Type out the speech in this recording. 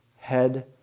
head